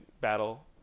battle